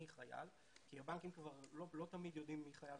אני חייל כי הבנקים לא תמיד יודעים מי חייל ומי לא.